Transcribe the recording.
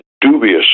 dubious